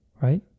right